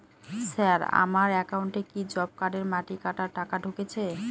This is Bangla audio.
স্যার আমার একাউন্টে কি জব কার্ডের মাটি কাটার টাকা ঢুকেছে?